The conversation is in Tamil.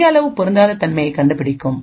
அதிக அளவு பொருந்தாத தன்மையைக் கண்டுபிடிக்கும்